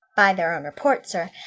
by their own report, sir,